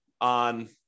on